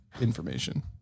information